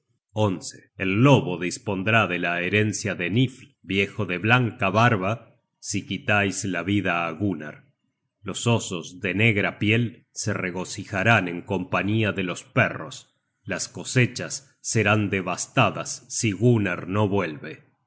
héroes e lobo dispondrá de la herencia de nifl viejo de blanca barba si quitais la vida á gunnar los osos de negra piel se regocijarán en compañía de los perros las cosechas serán devastadas si gunnar no vuelve y